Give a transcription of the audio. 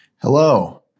Hello